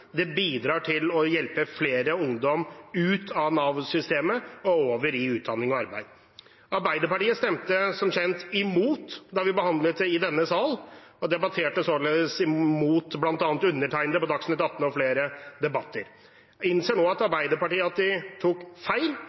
det bidrar til å hjelpe flere ungdommer ut av Nav-systemet og over i utdanning og arbeid. Arbeiderpartiet stemte som kjent imot da vi behandlet det i denne sal, og debatterte således imot bl.a. undertegnede på Dagsnytt atten og i flere debatter. Spørsmålet mitt er: Innser Arbeiderpartiet nå at de tok feil,